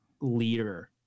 leader